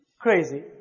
Crazy